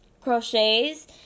crochets